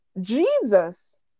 Jesus